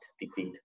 defeat